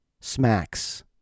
Smacks